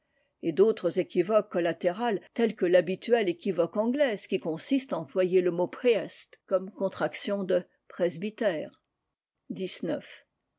et d'autres équivoques collaté rales telles que l'habituelle équivoque anglaise qui consiste à employer le mot priest comme contraction de presbyter